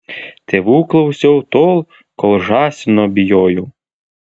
tėvų klausiau tol kol žąsino bijojau